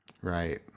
Right